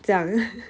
这样